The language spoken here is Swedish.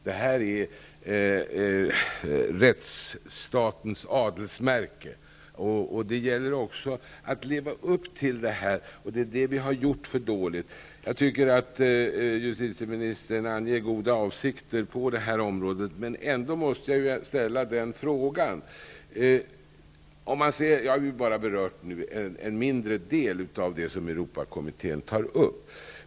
Detta är rättsstatens adelsmärke. Det gäller också att leva upp till det. Det har vi gjort för dåligt. Jag tycker att justitieministern anger goda avsikter på detta område. Men det är ändå en fråga jag måste ställa. Jag har nu bara berört en mindre del av det som Europarådskommittén tar upp.